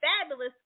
fabulous